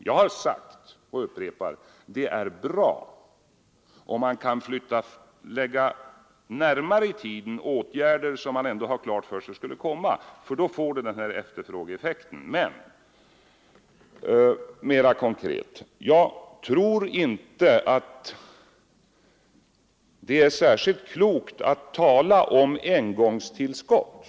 Jag har sagt — och jag upprepar det — att det är bra om man kan tidigarelägga åtgärder som ändå skulle ha vidtagits, för då får de en efterfrågeeffekt. Men jag tror inte att det är särskilt klokt att tala om engångstillskott.